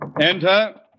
Enter